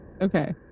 Okay